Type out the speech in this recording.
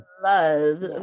love